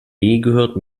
gehört